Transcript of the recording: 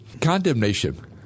Condemnation